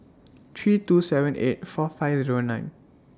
three two seven eight four five Zero nine